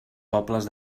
pobles